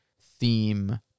theme